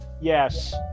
yes